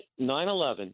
9-11